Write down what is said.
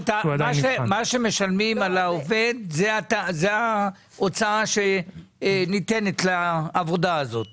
מה שמשלמים על העובד זו ההוצאה שניתנת לעבודה הזו?